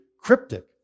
cryptic